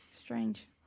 Strange